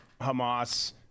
Hamas